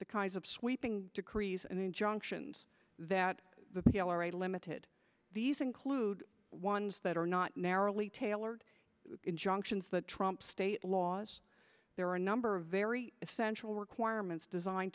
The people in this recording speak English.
the kinds of sweeping decrees and injunctions that the p l r a limited these include ones that are not narrowly tailored injunctions that trump state laws there are a number of very defensible requirements designed